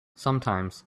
sometimes